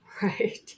Right